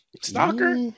Stalker